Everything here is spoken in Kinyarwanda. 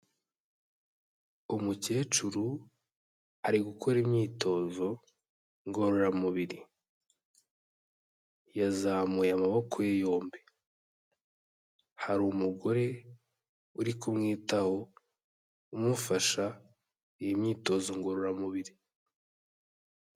Umukecuru ari gukora imyitozo ngororamubiri, yazamuye amaboko ye yombi, hari umugore uri kumwitaho, umufasha iyi myitozo ngororamubiri.